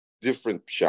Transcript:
different